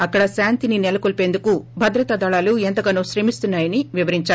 అక్కడ శాంతిని నెలకొల్పేందుకు భద్రతా దళాలు ఎంతగానో శ్రమిస్తున్నాయని వివరిందారు